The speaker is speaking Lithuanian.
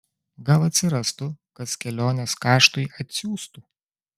gal atsirastų kas kelionės kaštui atsiųstų